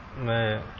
the